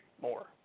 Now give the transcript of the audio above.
more